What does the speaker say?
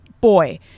boy